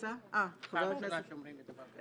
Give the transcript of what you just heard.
זו פעם אחרונה שאומרים לי דבר כזה.